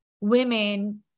women